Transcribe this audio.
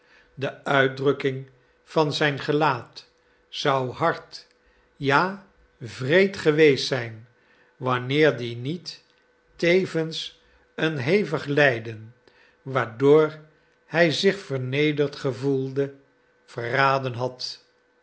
de uitdrukking van zijn gelaat zou hard ja wreed geweest zijn wanneer die niet tevens een hevig lijden waardoor hij zich vernederd gevoelde verraden had